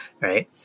right